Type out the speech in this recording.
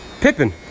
Pippin